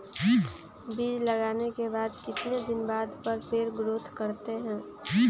बीज लगाने के बाद कितने दिन बाद पर पेड़ ग्रोथ करते हैं?